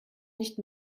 nicht